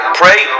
pray